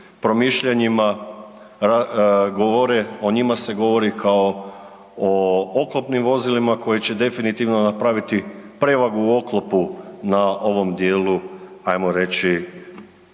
promišljanjima govore, o njima se govori kao o oklopnim vozilima koja će definitivno napraviti prevagu u oklopu na ovom djelu ajmo reći,